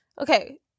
Okay